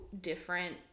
different